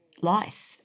life